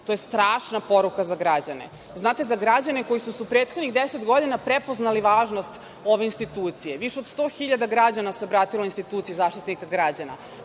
To je strašna poruka za građane. Znate, za građane koji su u prethodnih 10 godina prepoznali važnost ove institucije, jer se više od 100 hiljada građana obratilo instituciji Zaštitnika građana,